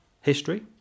history